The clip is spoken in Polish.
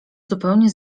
zupełnie